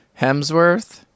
Hemsworth